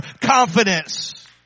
confidence